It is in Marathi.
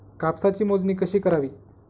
कापसाची मोजणी कशी करावी?